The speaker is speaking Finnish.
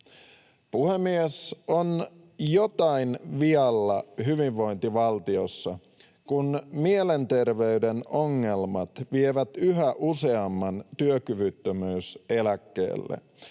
Puhemies! On jotain vialla hyvinvointivaltiossa, kun mielenterveyden ongelmat vievät yhä useamman työkyvyttömyyseläkkeelle.